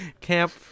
camp